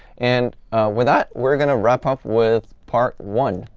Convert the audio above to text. and with that, we're going to wrap up with part one.